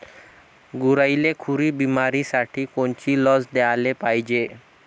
गुरांइले खुरी बिमारीसाठी कोनची लस द्याले पायजे?